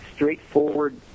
Straightforward